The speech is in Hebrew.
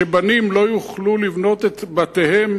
שבנים לא יוכלו לבנות את בתיהם